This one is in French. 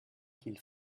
qu’il